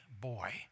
boy